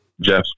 Jeff